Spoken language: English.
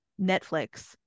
netflix